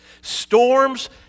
Storms